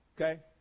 okay